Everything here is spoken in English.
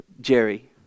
Jerry